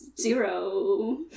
zero